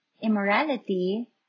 immorality